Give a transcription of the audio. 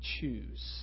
choose